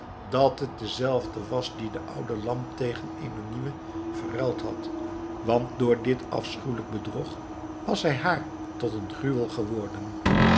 dat het dezelfde was die de oude lamp tegen eene nieuwe verruild had want door dit afschuwelijk bedrog was hij haar tot een gruwel geworden